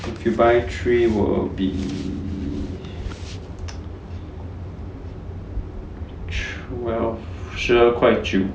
if you buy three will be twelve 十二块九